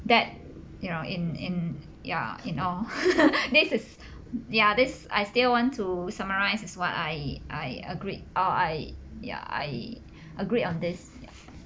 that you know in in ya in all this is ya this I still want to summarize is what I I agree uh I ya I agreed on this